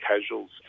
casuals